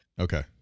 okay